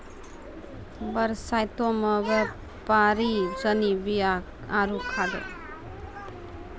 बरसातो मे व्यापारि सिनी बीया आरु खादो के काला बजारी शुरू करि दै छै